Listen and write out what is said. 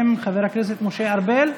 חבר הכנסת משה ארבל,